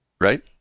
Right